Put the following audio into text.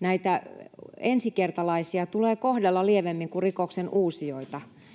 näitä ensikertalaisia tulee kohdella lievemmin kuin rikoksenuusijoita,